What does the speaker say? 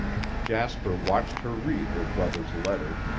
jasper watched her read her brother's letter,